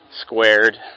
squared